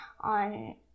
on